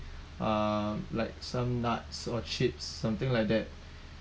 ah like some nuts or chips something like that